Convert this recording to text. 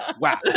Wow